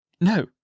No